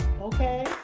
Okay